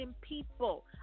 people